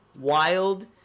wild